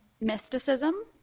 mysticism